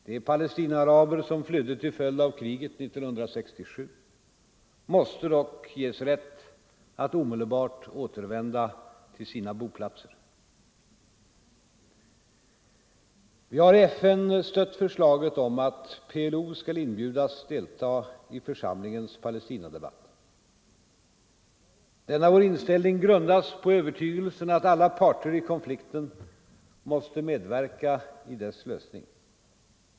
De palestinaaraber som flydde till följd av kriget 1967 måste dock ges rätt att omedelbart återvända till sina boplatser. Vi har i FN stött förslaget om att PLO skall inbjudas delta i församlingens Palestinadebatt. Denna vår inställning grundas på övertygelsen att alla parter i konflikten måste medverka i dess lösning.